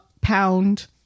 pound